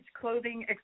Clothing